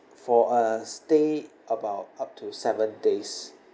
for a stay about up to seven days